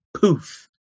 Poof